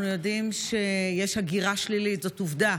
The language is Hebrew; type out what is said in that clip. אנחנו יודעים שיש הגירה שלילית, זאת עובדה,